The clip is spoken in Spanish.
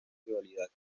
rivalidad